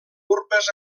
urpes